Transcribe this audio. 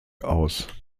aus